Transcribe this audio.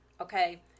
okay